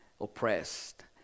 oppressed